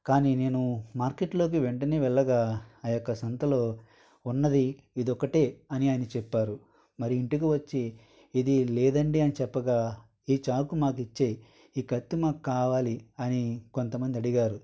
కాని నేను మార్కెట్లోకి వెంటనే వెళ్ళగా ఆయొక్క సంతలో ఉన్నది ఇదొక్కటే అని ఆయన చెప్పారు మరి ఇంటికి వచ్చి ఇది లేదండి అని చెప్పగా ఈ చాకు మాకు ఇచ్చేయి ఈ కత్తి మాకు కావాలి అని కొంత మంది అడిగారు